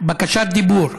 בקשת דיבור.